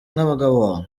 nk’abagabo